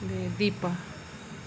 ते दीपा